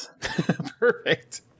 Perfect